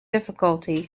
difficulty